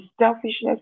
selfishness